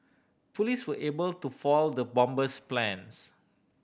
police were able to foil the bomber's plans